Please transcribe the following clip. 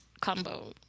combo